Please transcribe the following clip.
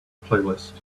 playlist